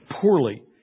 poorly